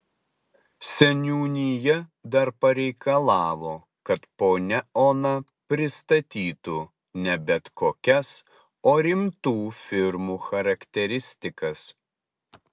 seniūnija dar pareikalavo kad ponia ona pristatytų ne bet kokias o rimtų firmų charakteristikas